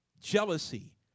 jealousy